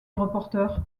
reporter